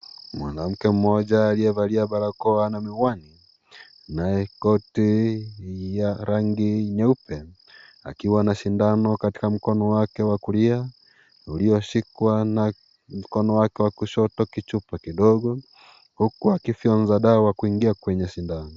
Mwanamke mmoja aliyevalia barakoa na miwani. anaye koti ya rangi nyeupe. Akiwa na sindano kwa mkono wake wa kulia, uliashikwa na mkono wake wa kushoto kichupa kidogo huku akifyonza dawa kuingia kwenye sindano.